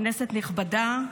כנסת נכבדה,